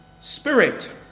spirit